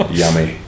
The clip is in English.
yummy